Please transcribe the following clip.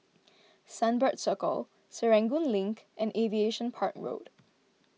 Sunbird Circle Serangoon Link and Aviation Park Road